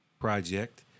project